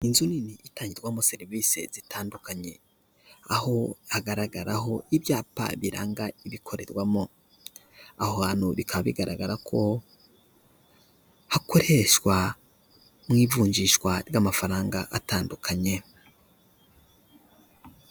Inzu nini itangirwamo serivise zitandukanye. Aho hagaragaraho ibyapa biranga ibikorerwamo. Aho hantu bikaba bigaragara ko hakoreshwa mu ivunjishwa ry'amafaranga atandukanye.